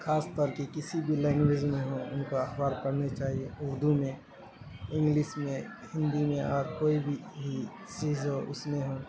خاص کر کے کسی بھی لینگویج میں ہو ہم کو اخبار پڑھنے چاہیے اردو میں انگلس میں ہندی میں اور کوئی بھی ہی چیز ہو اس میں ہو